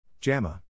JAMA